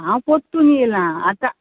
हांव पोत्तुन येलां आतां